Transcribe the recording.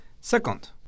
Second